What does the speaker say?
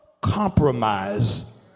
compromise